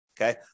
Okay